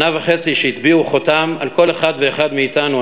שנה וחצי שהטביעו חותם על כל אחד ואחד מאתנו,